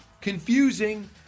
Confusing